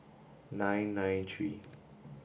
nine nine three